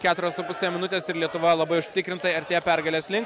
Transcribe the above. keturios su puse minutės ir lietuva labai užtikrintai artėja pergalės link